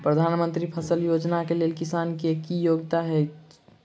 प्रधानमंत्री फसल बीमा योजना केँ लेल किसान केँ की योग्यता होइत छै?